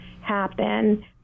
happen